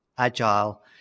Agile